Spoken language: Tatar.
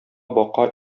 бака